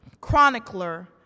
chronicler